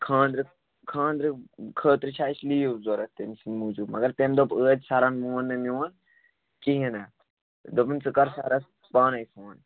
خانٛدرٕ خانٛدرٕ خٲطرٕ چھِ اَسہِ لیٖو ضروٗرت تٔمۍ سٕنٛدِ موٗجوٗب مگر تٔمۍ دوٚپ عٲدۍ سَرَن موٗن نہٕ میٛون کِہیٖنٛۍ نہٕ دوٚپُن ژٕ کَر سَرَس پانے فون